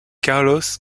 carlos